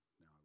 now